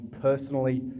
personally